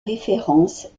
référence